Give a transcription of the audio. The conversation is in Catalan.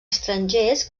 estrangers